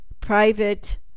private